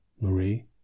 Marie